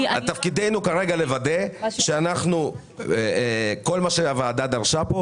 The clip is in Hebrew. תפקידנו כרגע לוודא שכל מה שהוועדה דרשה פה,